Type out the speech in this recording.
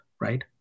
right